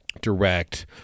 direct